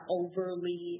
overly